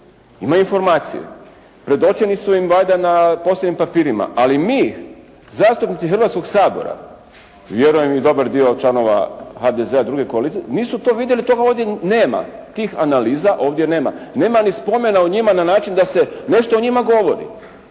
ima i formaciju. Predočeni su im valjda na posebnim papirima. Ali mi zastupnici Hrvatskoga sabora, vjerujem i dobar dio članova HDZ-a druge koalicije, nisu to vidjeli, toga ovdje nema. Tih analiza ovdje nema. Nema ni spomena o njima na način da se nešto o njima govori.